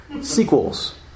Sequels